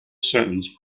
sentence